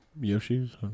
Yoshi's